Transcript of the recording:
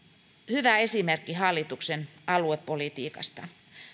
hyvä esimerkki hallituksen aluepolitiikasta